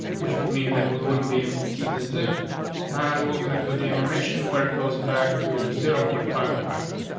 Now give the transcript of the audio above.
which would mean that we wouldn't be able to see it is live on. we're going to do the animation where it goes back to zero point five capacity.